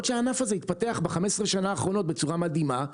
בעוד שהענף הזה התפתח ב-15 השנים האחרונות בצורה מדהימה,